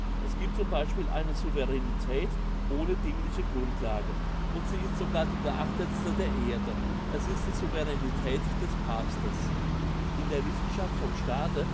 es gibt zum beispiel eine souveränetät ohne dingliche grundlage und sie ist sogar die geachtetste der erde es ist die souveränetät des papstes in der wissenschaft vom staate